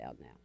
now